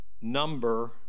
number